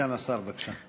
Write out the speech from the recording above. סגן השר, בבקשה.